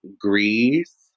Greece